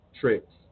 tricks